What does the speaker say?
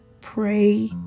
pray